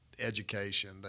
education